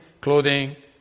clothing